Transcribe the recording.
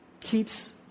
keeps